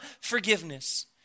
forgiveness